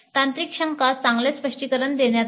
तांत्रिक शंका चांगले स्पष्टीकरण देण्यात आले